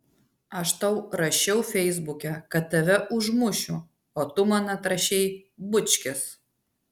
aš tau rašiau feisbuke kad tave užmušiu o tu man atrašei bučkis